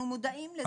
אנחנו מודעים לזה.